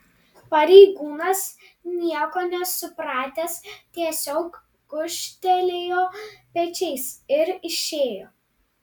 pareigūnas nieko nesupratęs tiesiog gūžtelėjo pečiais ir išėjo